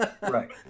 Right